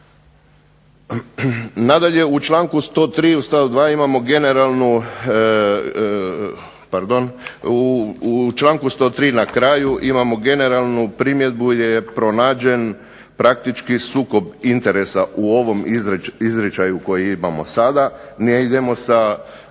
u članku 103. na kraju imamo generalnu primjedbu gdje je pronađen sukob interesa u ovom izričaju koji imamo sada, ne idemo sa